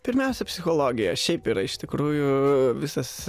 pirmiausia psichologija šiaip yra iš tikrųjų visas